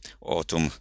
autumn